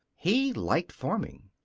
he liked farming.